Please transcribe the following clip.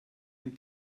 ein